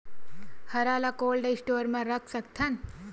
हरा ल cold store म रख सकथन?